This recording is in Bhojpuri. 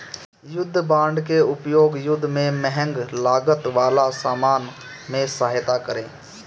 युद्ध बांड के उपयोग युद्ध में महंग लागत वाला सामान में सहायता करे